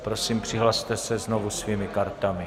Prosím, přihlaste se znovu svými kartami.